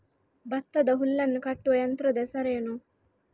ಭತ್ತದ ಹುಲ್ಲನ್ನು ಕಟ್ಟುವ ಯಂತ್ರದ ಹೆಸರೇನು?